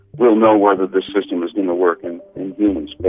we'll know whether this system is going to work in humans.